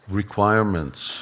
requirements